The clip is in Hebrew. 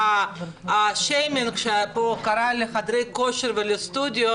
שהשיימינג שפה קרה לחדרי הכושר ולסטודיו,